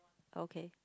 okay